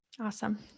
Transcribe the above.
Awesome